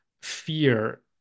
fear